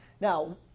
Now